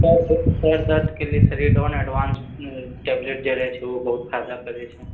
सरदर्दके लिए Serodon advance tablet जे रहै छै ऊ बहुत फायदा करै छै